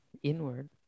Inward